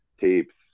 tapes